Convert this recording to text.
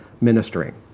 ministering